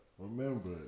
Remember